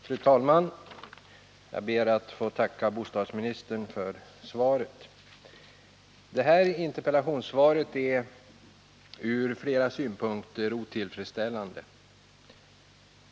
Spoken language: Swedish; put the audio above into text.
Fru talman! Jag ber att få tacka bostadsministern för svaret. Det här interpellationssvaret är ur flera synpunkter otillfredsställande.